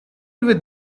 with